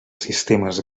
sistemes